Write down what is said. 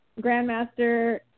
Grandmaster